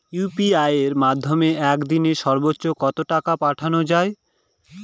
UPI এর মাধ্যমে এক দিনে সর্বচ্চ কত টাকা পাঠানো যায়?